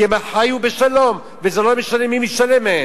כי הם חיו בשלום, וזה לא משנה מי מהם משלם.